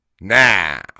now